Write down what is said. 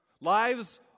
Lives